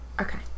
Okay